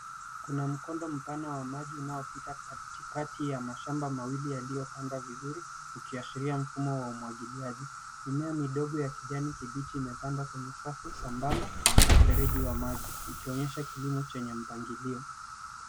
Kuna mkondo mpana wa maji unaopita katikati ya mashamba mawili yaliyopandwa vizuri ukiashiria mfumo wa umwagiliaji. Mimea midogo ya kijani kibichi imepandwa kwenye safu sambamba na mfereji wa maji ikionyesha kilimo chenye mpangilio.